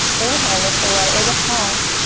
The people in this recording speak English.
inhale, lift the right leg up high.